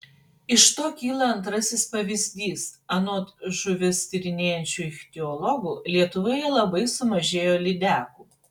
iš to kyla antrasis pavyzdys anot žuvis tyrinėjančių ichtiologų lietuvoje labai sumažėjo lydekų